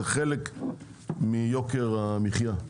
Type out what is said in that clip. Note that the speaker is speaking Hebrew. זה חלק מיוקר המחיה.